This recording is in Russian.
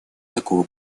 такого